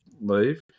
leave